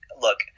look